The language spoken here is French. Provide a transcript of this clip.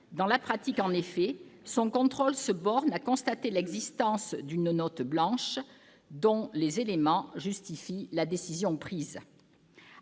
dans la pratique, son contrôle se borne à constater l'existence d'une note blanche dont les éléments justifient la décision prise.